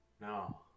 No